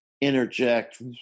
interject